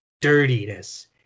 dirtiness